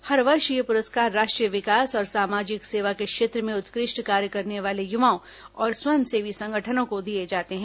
हर वर्ष ये पुरस्कार राष्ट्रीय विकास और सामाजिक सेवा के क्षेत्र में उत्कृष्ट कार्य करने वाले युवाओं और स्वयंसेवी संगठनों को दिये जाते हैं